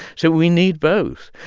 so we need both.